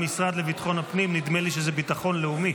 המשרד לביטחון הפנים נדמה לי שזה ביטחון לאומי,